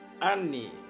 annie